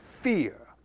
fear